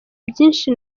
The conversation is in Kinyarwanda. byinshi